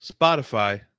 spotify